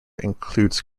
includes